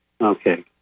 Okay